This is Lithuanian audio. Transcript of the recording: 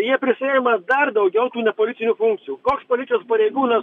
jie prisiima dar daugiau tų nepolicinių funkcijų koks policijos pareigūnas